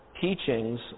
teachings